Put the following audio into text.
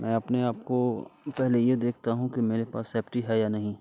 मैं अपने आपको पहले ये देखता हूँ कि मेरे पास सैफ्टी है या नहीं